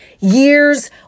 years